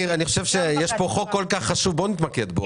אני חושב שיש פה חוק כל כך חשוב בואו נתמקד בו.